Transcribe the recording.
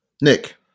Nick